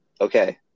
okay